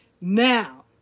Now